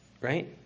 Right